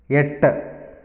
എട്ട്